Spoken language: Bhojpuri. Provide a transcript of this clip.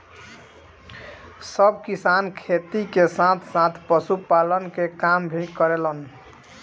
सब किसान खेती के साथ साथ पशुपालन के काम भी करेलन